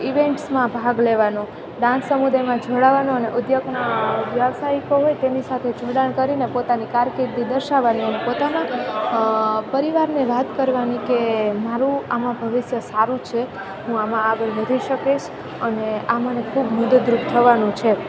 ઇવેન્ટ્સમાં ભાગ લેવાનો ડાન્સ સમુદાયમાં જોડાવાનો અને ઉધ્યોગના વ્યવસાયિકો હોય તેની સાથે જોડાણ કરીને પોતાની કારકિર્દી દર્શાવાની પોતાના પરિવારને વાત કરવાની કે મારું આમાં ભવિષ્ય સારું છે હું આમાં આગળ વધી શકીશ અને આ મને ખૂબ મદદરૂપ થવાનું છે